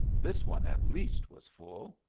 this one, at least, was full.